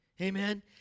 Amen